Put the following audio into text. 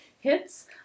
hits